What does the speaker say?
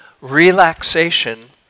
relaxation